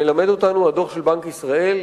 מלמד אותנו הדוח של בנק ישראל,